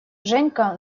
женька